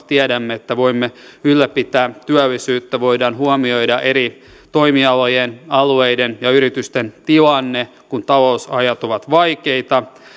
tiedämme että sen kautta voimme ylläpitää työllisyyttä voidaan huomioida eri toimialojen alueiden ja yritysten tilanne kun talousajat ovat vaikeita